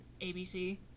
ABC